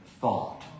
thought